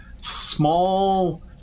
small